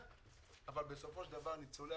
בסופו של דבר ניצולי